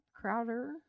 Crowder